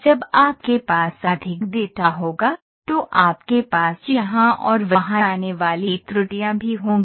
जब आपके पास अधिक डेटा होगा तो आपके पास यहां और वहां आने वाली त्रुटियां भी होंगी